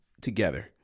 together